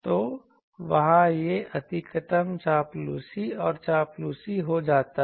तो वहाँ यह अधिकतम चापलूसी और चापलूसी हो जाता है